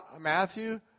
Matthew